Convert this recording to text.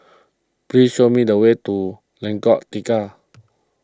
please show me the way to Lengkong Tiga